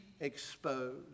exposed